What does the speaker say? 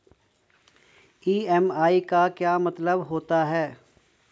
EMI का क्या मतलब होता है?